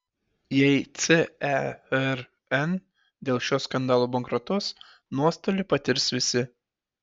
jei cern dėl šio skandalo bankrutuos nuostolį patirs visi